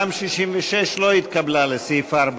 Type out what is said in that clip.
גם הסתייגות 66 לסעיף 4